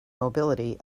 mobility